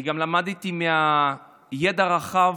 אני גם למדתי מהידע הרחב.